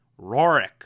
Rorik